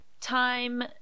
time